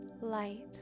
light